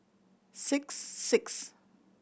six six